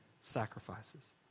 sacrifices